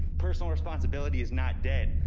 personal responsibility is not dead.